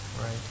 right